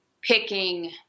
picking